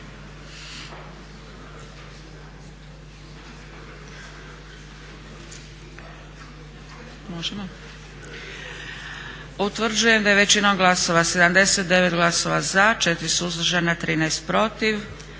Utvrđujem da je većinom glasova, 79 glasova za, 4 suzdržana, 13 protiv,